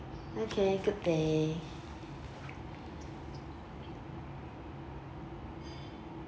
okay good day